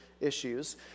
issues